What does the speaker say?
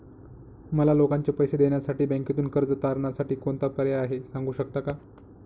मला लोकांचे पैसे देण्यासाठी बँकेतून कर्ज तारणसाठी कोणता पर्याय आहे? सांगू शकता का?